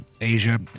Asia